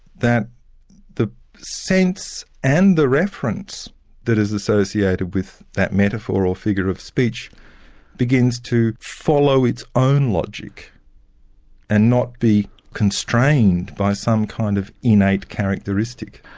that the sense and the reference that is associated with that metaphor or figure of speech begins to follow its own logic and not be constrained by some kind of innate characteristic.